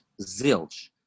zilch